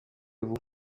vous